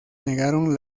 negaron